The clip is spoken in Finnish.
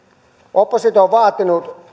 oppositio on vaatinut